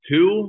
Two